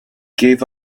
gave